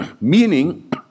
Meaning